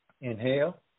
Inhale